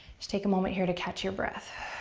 just take a moment here to catch your breath.